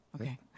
Okay